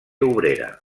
obrera